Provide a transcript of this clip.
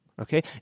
Okay